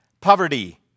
Poverty